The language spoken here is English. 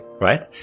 right